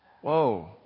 whoa